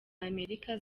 amerika